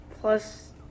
plus –